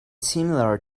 similar